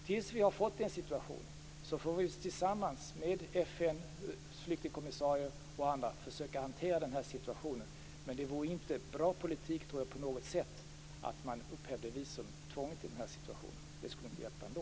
Tills vi har fått den situationen får vi tillsammans med FN:s flyktingkommissarie och andra försöka hantera den här situationen. Men det vore ingen bra politik, tror jag, på något sätt att man upphävde visumtvånget i den här situationen. Det skulle inte hjälpa ändå.